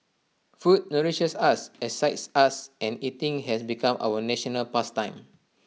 food nourishes us excites us and eating has become our national past time